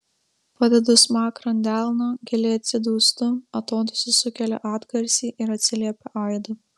padedu smakrą ant delno giliai atsidūstu atodūsis sukelia atgarsį ir atsiliepia aidu